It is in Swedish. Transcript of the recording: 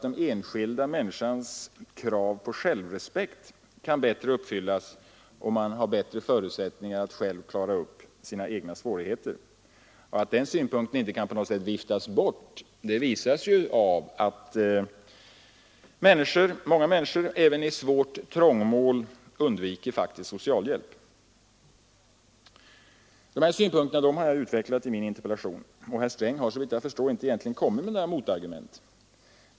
Den enskilda individens krav på självrespekt kan också bättre uppfyllas, om han eller hon ges bättre förutsättningar att reda upp svårigheter själv. Att denna synpunkt inte kan på något sätt viftas bort visas av att många människor även i svårt trångmål undviker socialhjälp. Å De här synpunkterna har jag utvecklat i min interpellation, och herr Sträng har såvitt jag förstår inte egentligen kommit med några motargument.